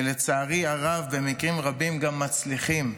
ולצערי הרב, במקרים רבים גם מצליחים.